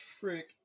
frick